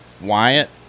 Wyatt